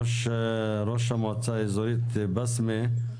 ראש המועצה האזורית בסמה,